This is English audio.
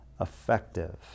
effective